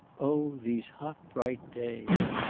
oh these hot bright days.